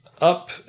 up